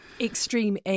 extreme